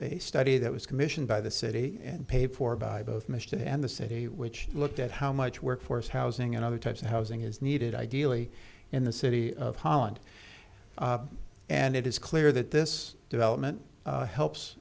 a study that was commissioned by the city and paid for by both michigan and the city which looked at how much workforce housing and other types of housing is needed ideally in the city of holland and it is clear that this development helps